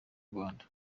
rwanda